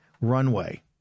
runway